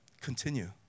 continue